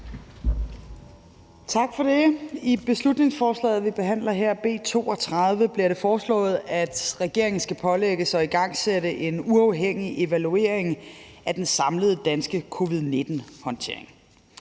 Tak. I beslutningsforslaget, vi behandler her, B 32, bliver det foreslået, at regeringen skal pålægges at igangsætte en uafhængig evaluering af den samlede danske covid-19-håndtering.